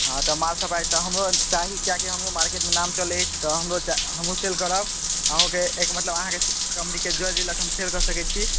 हँ तऽ माल सब तऽ हमरो चाही किएकि हमरो मार्केटमे नाम चलै छै तऽ हमरो हमहूँ सेल करब अहूँके एक मतलब अहाँके कम्पनीके ज्वेलरी लऽ कऽ हम सेल कऽ सकै छी